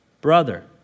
brother